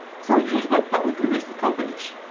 for use by publicly listed companies.